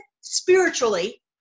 spiritually